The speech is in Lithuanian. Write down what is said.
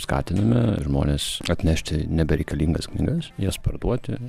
skatiname žmones atnešti nebereikalingas knygas jas parduoti